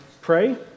pray